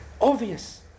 Obvious